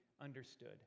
understood